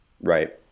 right